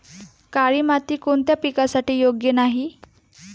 काळी माती कोणत्या पिकासाठी योग्य नाही?